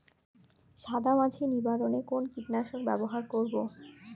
সাদা মাছি নিবারণ এ কোন কীটনাশক ব্যবহার করব?